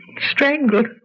strangled